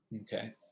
Okay